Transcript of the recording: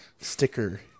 sticker